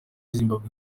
zimbabwe